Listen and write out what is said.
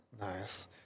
Nice